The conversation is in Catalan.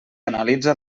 analitza